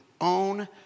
own